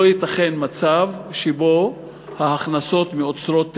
לא ייתכן מצב שבו ההכנסות מאוצרות טבע,